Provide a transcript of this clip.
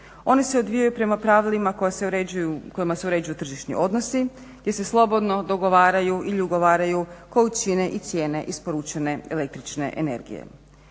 Oni se odvijaju prema pravilima kojima se uređuju tržišni odnosi gdje se slobodno dogovaraju ili ugovaraju količine i cijene isporučene električne energije.